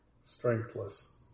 strengthless